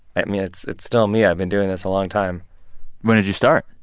i mean, it's it's still me. i've been doing this a long time when did you start?